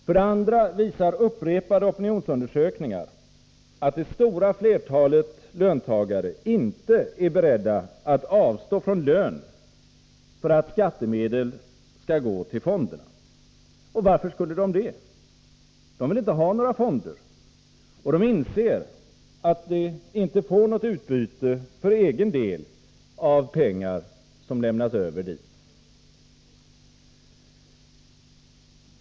För det andra visar upprepade opinionsundersökningar att det stora flertalet löntagare inte är beredda att avstå från lön för att skattemedel skall gå till fonderna. Och varför skulle de det? De vill inte ha några fonder, och de inser att de inte får något utbyte för egen del av pengar som lämnas över dit.